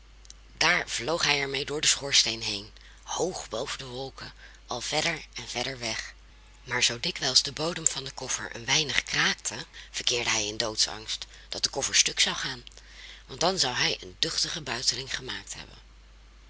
daar vloog hij er mee door den schoorsteen heen hoog boven de wolken al verder en verder weg maar zoo dikwijls de bodem van den koffer een weinig kraakte verkeerde hij in doodsangst dat de koffer stuk zou gaan want dan zou hij een duchtige buiteling gemaakt hebben